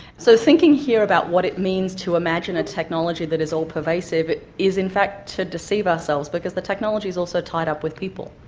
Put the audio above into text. so thinking here about what it means to imagine a technology that is all-pervasive is in fact to deceive ourselves because the technology is also tied up with people.